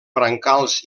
brancals